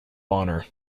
honor